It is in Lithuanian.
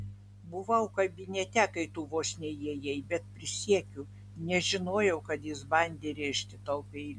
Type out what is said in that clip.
buvau kabinete kai tu vos neįėjai bet prisiekiu nežinojau kad jis bandė rėžti tau peiliu